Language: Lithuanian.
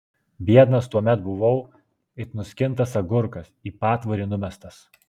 biednas tuomet buvau it nuskintas agurkas į patvorį numestas